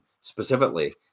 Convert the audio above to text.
specifically